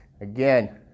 Again